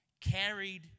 carried